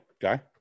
Guy